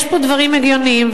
יש פה דברים הגיוניים,